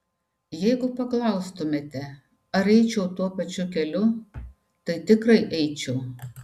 jeigu paklaustumėte ar eičiau tuo pačiu keliu tai tikrai eičiau